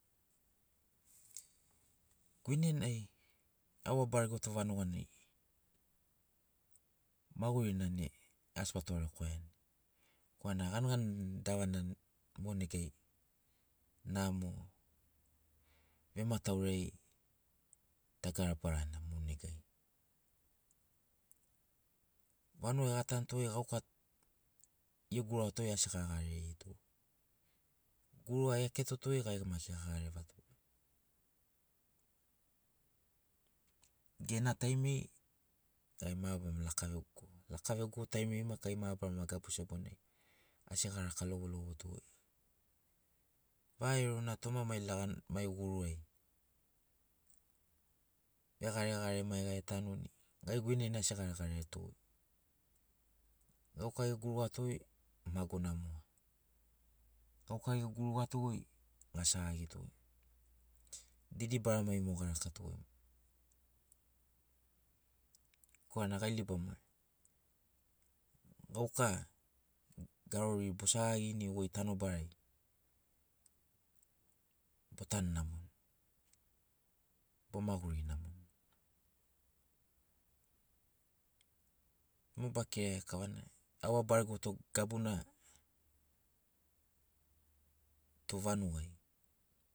Guinenai au abaregoto vanuganai magurina ne asi batugarekwaiani korana ganigani davana mo negai namo vemataurai dagara barana mo negai vanugai gatantogoi gauka egurugato asi gagarerito guruga eketotogoi gai maki asi gagarevato gena taimiri gai mabarama laka vegogo laka vegogo taimiri maki gai mabarama gabu sebonai asi garaka lovolovotogoi vaerona toma mai lagan guru ai vegaregare maiga etanuni gai guinenai asi agaregareto gauka egurugatogoi magona mo gauka egurugatogoi gasagagito didi baramai mo garakato korana gai libama gauka garori bosagagini goi tanobarai botanu namoni bomaguri namoni mo bakiraia kavana au abaregoto gabuna tu vanugai